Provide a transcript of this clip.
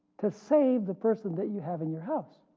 to save the person that you have in your house,